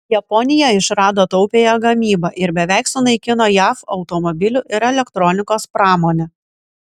japonija išrado taupiąją gamybą ir beveik sunaikino jav automobilių ir elektronikos pramonę